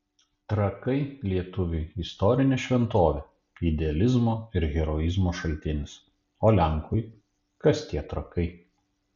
trakai lietuviui istorinė šventovė idealizmo ir heroizmo šaltinis o lenkui kas tie trakai